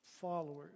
followers